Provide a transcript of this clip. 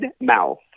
mouth